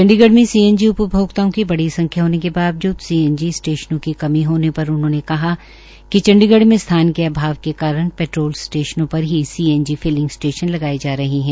चंडीगढ़ में सीएनजी उपभोक्ताओं की बड़ी संख्या होने के बावजूद सीएनजी स्टेशनों की कमी होने पर उन्होंने कहा कि चंडीगए में स्थान के अभाव कारण पेट्रोल स्टशेनों पर ही सीएनजी फिलिंग स्टेशन लगाए जा रहे है